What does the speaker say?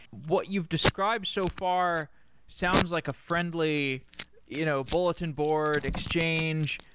what you've described so far sounds like a friendly you know bulletin board exchange.